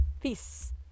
peace